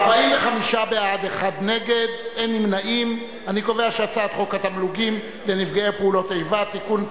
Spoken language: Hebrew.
ההצעה להעביר את הצעת חוק התגמולים לנפגעי פעולות איבה (תיקון,